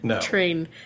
Train